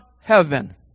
heaven